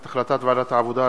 החלטת ועדת העבודה,